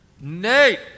nate